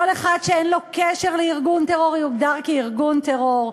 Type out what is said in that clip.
כל אחד שאין לו קשר לארגון טרור יוגדר כארגון טרור.